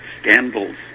scandals